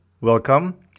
welcome